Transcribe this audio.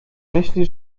myśli